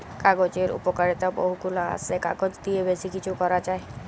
কাগজের উপকারিতা বহু গুলা আসে, কাগজ দিয়ে বেশি কিছু করা যায়